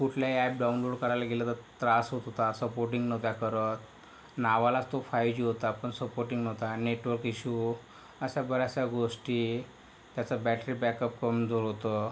कुठलेही app download करायला गेलं तर त्रास होत होता सपोर्टिंग नव्हता करत नावालाच तो फाईव्ह जी होता पण सपोर्टिंग नव्हता नेटवर्क इश्यू अशा बऱ्याचशा गोष्टी त्याचं बॅटरी बॅकअप कमजोर होतं